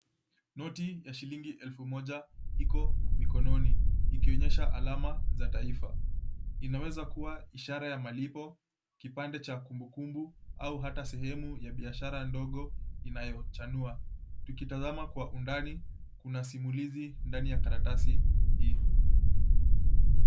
Noti ya shilingi elfu moja iko mikononi, ikionyesha alama za taifa. Inaweza kuwa ishara ya malipo, kipande cha kumbukumbu au hata sehemu ya biashara ndogo inayochanua. Tukitazama kwa undani kuna simulizi ndani ya karatasi hii.